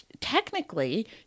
technically